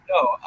No